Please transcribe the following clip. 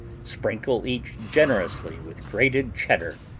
sprinkle each generously with grated cheddar,